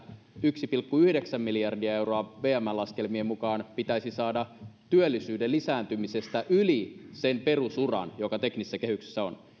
yksi pilkku yhdeksän miljardia euroa vmn laskelmien mukaan pitäisi saada työllisyyden lisääntymisestä yli sen perusuran joka teknisessä kehyksessä on